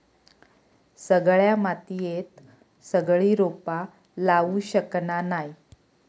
सगळ्या मातीयेत सगळी रोपा लावू शकना नाय